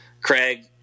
Craig